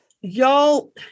Y'all